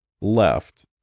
left